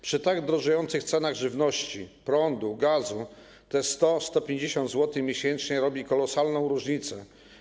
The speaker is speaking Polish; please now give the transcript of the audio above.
Przy tak rosnących cenach żywności, prądu, gazu te 100-150 zł miesięcznie robi kolosalną różnicę.